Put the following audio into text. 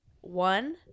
One